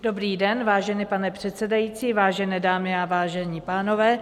Dobrý den, vážený pane předsedající, vážené dámy a vážení pánové.